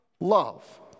love